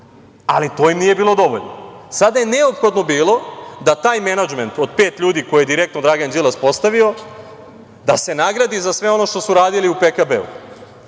i to im nije bilo dovoljno. Sada je neophodno bilo da se taj menadžment od pet ljudi koje je direktno Dragan Đilas postavio nagradi za sve ono što su radili u PKB-u.